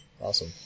Awesome